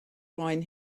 wine